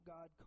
God